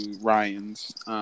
Ryan's